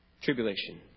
tribulation